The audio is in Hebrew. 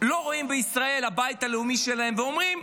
לא רואים בישראל הבית הלאומי שלהם ואומרים: